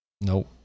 nope